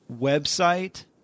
website